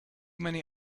many